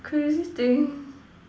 crazy thing